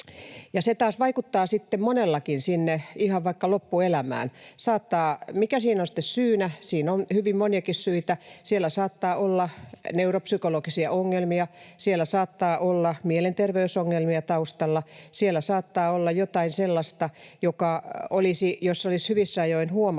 se taas vaikuttaa sitten monellakin ihan vaikka loppuelämään. Mikä siinä on sitten syynä? Siinä on hyvin moniakin syitä. Siellä saattaa olla neuropsykologisia ongelmia, siellä saattaa olla mielenterveysongelmia taustalla. Siellä saattaa olla jotain sellaista, että jos se olisi hyvissä ajoin huomattu,